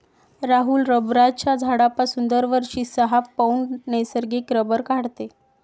राहुल रबराच्या झाडापासून दरवर्षी सहा पौंड नैसर्गिक रबर काढतो